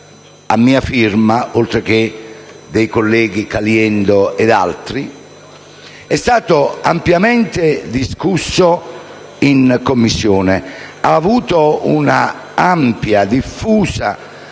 a mia firma, oltre che dei colleghi Caliendo e altri), è stato ampiamente discusso in Commissione e ha avuto quindi un ampio e diffuso